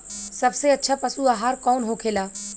सबसे अच्छा पशु आहार कौन होखेला?